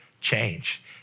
change